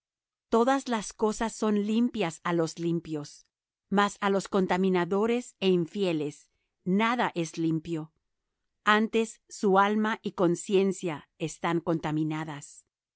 todas las cosas son limpias á los limpios mas á los contaminados é infieles nada es limpio antes su alma y conciencia están contaminadas